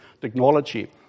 technology